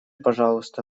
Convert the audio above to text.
пожалуйста